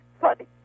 funny